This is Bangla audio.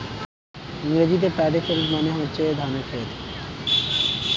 ইংরেজিতে প্যাডি ফিল্ড মানে হচ্ছে ধানের ক্ষেত